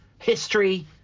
History